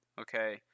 okay